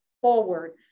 forward